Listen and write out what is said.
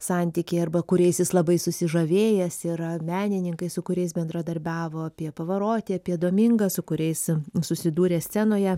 santykiai arba kuriais jis labai susižavėjęs yra menininkai su kuriais bendradarbiavo apie pavarotį apie domingą su kuriais susidūrė scenoje